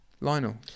Lionel